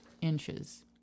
inches